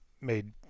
made